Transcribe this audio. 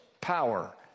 power